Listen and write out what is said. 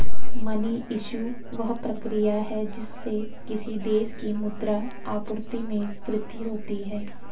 money issue, वह प्रक्रिया है जिससे किसी देश की मुद्रा आपूर्ति में वृद्धि होती है